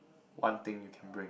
one thing you can bring